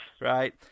Right